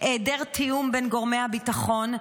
היעדר תיאום בין גורמי הביטחון,